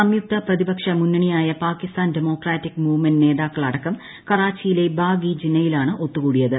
സംയുക്ത പ്രതിപക്ഷ മുന്നണിയായ പാകിസ്ഥാൻ ഡെമോക്രാറ്റിക് മൂവ്മെന്റ് നേതാക്കൾ അടക്കം കറാച്ചിയിലെ ബാഗ് ഇ ജിന്നയിലാണ് ഒത്തുകൂടിയത്